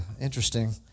interesting